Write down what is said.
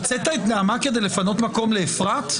הוצאת את נעמה כדי לפנות מקום לאפרת?